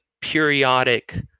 periodic